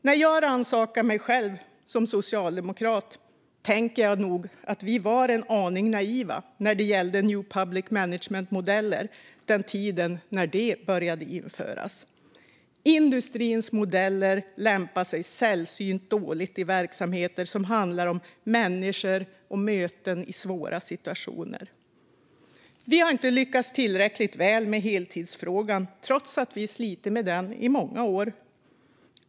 När jag rannsakar mig själv som socialdemokrat tänker jag att vi nog var en aning naiva när det gällde new public management-modeller vid den tid då de började införas. Industrins modeller lämpar sig sällsynt dåligt i verksamheter som handlar om människor och möten i svåra situationer. Vi har inte lyckats tillräckligt väl med heltidsfrågan trots att vi har slitit med den i många år.